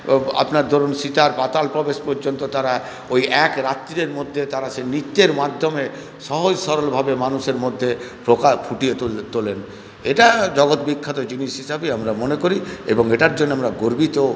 আপনার ধরুন সীতার পাতাল প্রবেশ পর্যন্ত তারা ওই এক রাত্রিরের মধ্যে তারা সেই নৃত্যের মাধ্যমে সহজ সরলভাবে মানুষের মধ্যে ফুটিয়ে তোলেন এটা জগৎ বিখ্যাত জিনিস হিসাবেই আমরা মনে করি এবং এটার জন্য আমরা গর্বিত